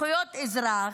זכויות אזרח,